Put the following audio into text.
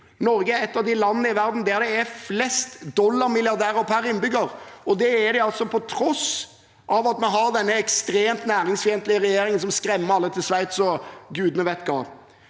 Norge er et av de landene i verden der det er flest dollarmilliardærer per innbygger, og det er det på tross av at vi har denne ekstremt næringsfiendtlige regjeringen som skremmer alle til Sveits og gudene vet